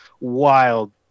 wild